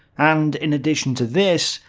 and in addition to this,